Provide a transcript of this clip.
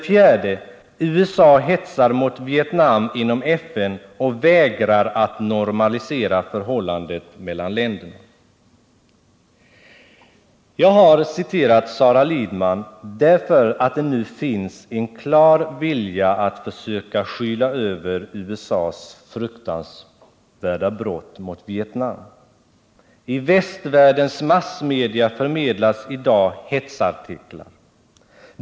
4) USA hetsar mot Vietnam inom FN och vägrar att normalisera förhållandet mellan länderna.” Jag har citerat Sara Lidman därför att det nu finns en klar vilja att försöka skyla över USA:s fruktansvärda brott mot Vietnam. I västvärldens massmedia förmedlas i dag hetsartiklar.